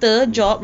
mm